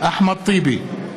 אחמד טיבי,